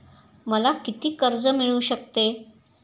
मला किती कर्ज मिळू शकते?